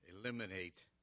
eliminate